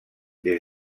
des